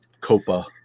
Copa